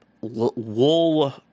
wool